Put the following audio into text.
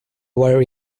were